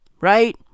Right